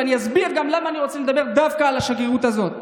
ואני אסביר גם למה אני רוצה לדבר דווקא על השגרירות הזאת.